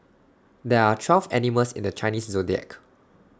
there are twelve animals in the Chinese Zodiac